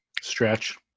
Stretch